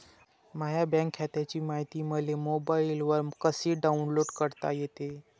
माह्या बँक खात्याची मायती मले मोबाईलवर कसी डाऊनलोड करता येते?